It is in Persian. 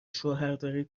شوهرداری